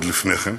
ועוד לפני כן,